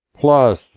Plus